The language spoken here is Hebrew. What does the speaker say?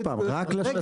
עוד פעם, רק לשצ"פ.